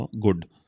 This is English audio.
good